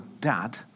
dad